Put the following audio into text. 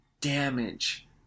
damage